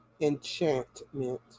Enchantment